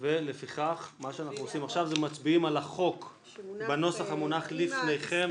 לפיכך מה שאנחנו עושים עכשיו זה מצביעים על החוק בנוסח שמונח לפניכם,